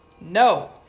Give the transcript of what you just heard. No